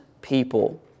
people